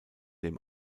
dem